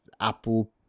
Apple